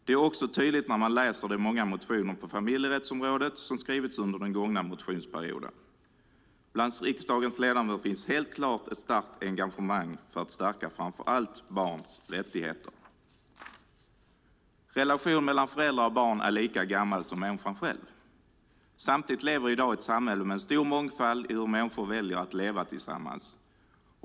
Det blir också tydligt när man läser de många motioner på familjerättsområdet som skrivits under den gångna motionsperioden. Bland riksdagens ledamöter finns helt klart ett starkt engagemang för att stärka framför allt barns rättigheter. Relationen mellan förälder och barn är lika gammal som människan själv. Samtidigt lever vi i dag i ett samhälle med en stor mångfald i hur människor väljer att leva tillsammans.